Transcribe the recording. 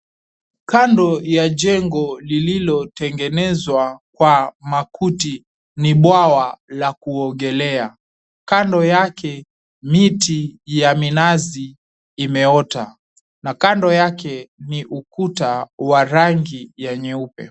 Kando ya jengo lililotengenezwa kwa makuti, ni bwawa la kuogelea. Kando yake miti ya minazi imeota, na kando yake ni ukuta wa rangi ya nyeupe.